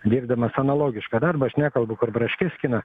dirbdamas analogišką darbą aš nekalbu kur braškes skina